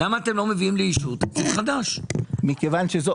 מכיוון שזאת